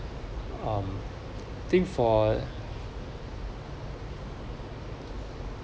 um I think for